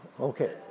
Okay